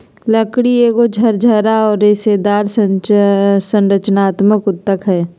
लकड़ी एगो झरझरा औरर रेशेदार संरचनात्मक ऊतक हइ